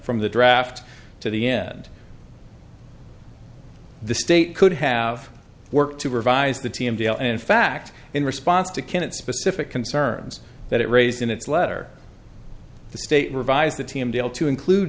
from the draft to the end the state could have worked to revise the t m deal in fact in response to kenneth specific concerns that it raised in its letter the state revised the team deal to include